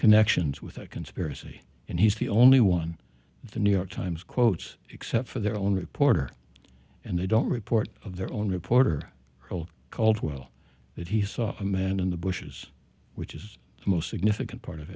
connections with a conspiracy and he's the only one the new york times quotes except for their own reporter and they don't report of their own reporter caldwell that he saw a man in the bushes which is the most significant part of